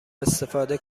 استفاده